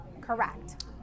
Correct